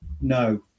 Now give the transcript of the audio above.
no